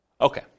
Okay